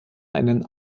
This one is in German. einen